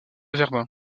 verdun